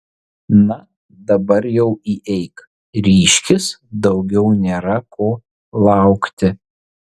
na dabar jau įeik ryžkis daugiau nėra ko laukti